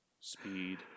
Speed